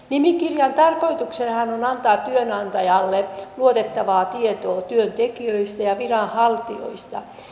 nimikirjan tarkoituksenahan on antaa työnantajalle luotettavaa tietoa työntekijöistä ja viranhaltijoista